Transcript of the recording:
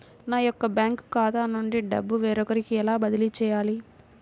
నా యొక్క బ్యాంకు ఖాతా నుండి డబ్బు వేరొకరికి ఎలా బదిలీ చేయాలి?